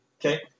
Okay